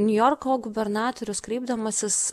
niujorko gubernatorius kreipdamasis